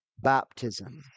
baptism